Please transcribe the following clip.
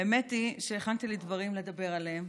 האמת היא שהכנתי לי דברים לדבר עליהם,